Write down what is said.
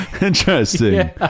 interesting